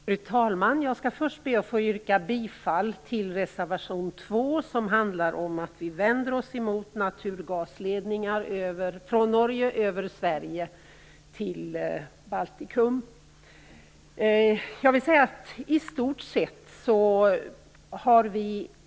Fru talman! Jag skall först be att få yrka bifall till reservation 2, som innebär att vi vänder oss emot naturgasledningar från Norge över Sverige till Baltikum.